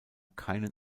keinen